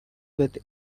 with